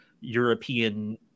European